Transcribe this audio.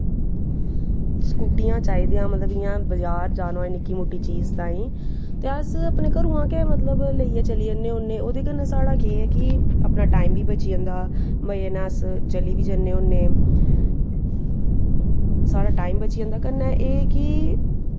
स्कूटियां चाहिदियां मतलब जि'यां बजार जाना होए निक्की मुट्टी चीज लैने ताहीं ते अस अपने घरूंआं गै मतलब लेइयै चली जन्ने होन्ने ओह्दे कन्नै साढ़ा केह् ऐ कि अपना टैम बची जंदा मजे नै अस चली बी जन्ने होन्ने टैम बची जंदा कन्नै एह् ऐ कि